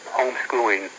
homeschooling